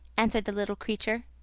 answered the little creature.